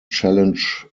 challenge